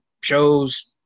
shows